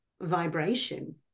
vibration